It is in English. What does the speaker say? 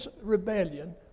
rebellion